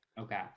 Okay